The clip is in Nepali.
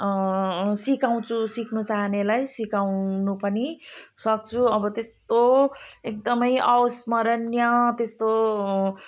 सिकाउँछु सिक्नुचाहनेलाई सिकाउन पनि सक्छु अब त्यस्तो एकदमै अविस्मरणीय त्यस्तो